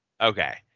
Okay